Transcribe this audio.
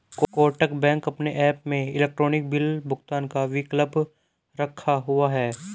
Kotak bank अपने app में electronic bill भुगतान का विकल्प रखा हुआ है